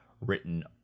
written